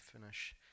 finish